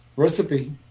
Recipe